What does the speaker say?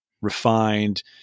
refined